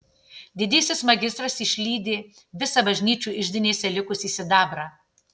didysis magistras išlydė visą bažnyčių iždinėse likusį sidabrą